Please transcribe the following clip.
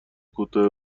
کوتاه